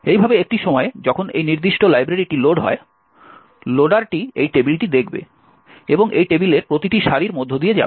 এইভাবে একটি সময়ে যখন এই নির্দিষ্ট লাইব্রেরিটি লোড হয় লোডারটি এই টেবিলটি দেখবে এবং এই টেবিলের প্রতিটি সারির মধ্য দিয়ে যাবে